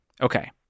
Okay